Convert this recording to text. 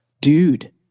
dude